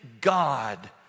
God